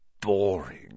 boring